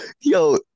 yo